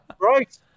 Right